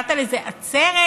קראת לזה עצרת.